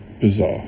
bizarre